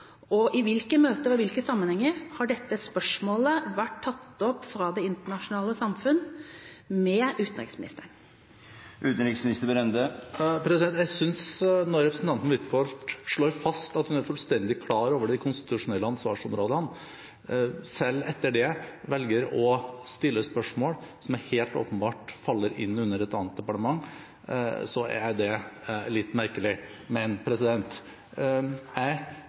Og i hvilke møter og i hvilke sammenhenger har dette spørsmålet vært tatt opp fra det internasjonale samfunn med utenriksministeren? Jeg synes at når representanten Huitfeldt slår fast at hun er fullstendig klar over de konstitusjonelle ansvarsområdene, og selv etter det velger å stille spørsmål som helt åpenbart faller inn under et annet departement, så er det litt merkelig.